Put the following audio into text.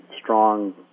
strong